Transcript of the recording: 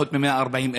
פחות מ-140,000.